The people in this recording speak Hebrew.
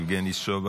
יבגני סובה,